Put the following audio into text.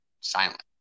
silent